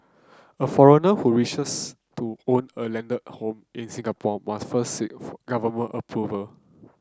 a foreigner who wishes to own a landed home in Singapore must first seek government approval